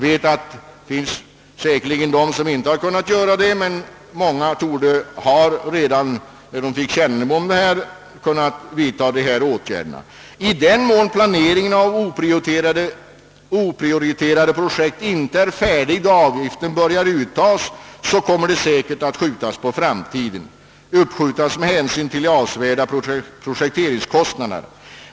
Det finns kanske en del personer som inte har kunnat göra det, men många vidtog redan när de fick kännedom om saken sådana åtgärder. I den mån planeringen av oprioriterade projekt inte är färdig då avgiften börjar uttas, kommer de säkert att skjutas på framtiden med hänsyn till de avsevärda projekteringskostnaderna.